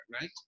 right